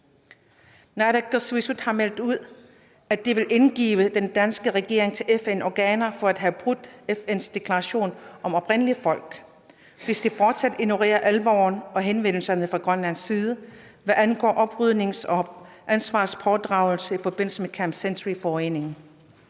Naalakkersuisut har meldt ud, at de vil indstævne den danske regering for FN-organer for at have brudt FN's deklaration om oprindelige folk, hvis den fortsat ignorerer alvoren og henvendelserne fra Grønlands side, hvad angår oprydning og ansvarspådragelse i forbindelse med Camp Century-forureningen.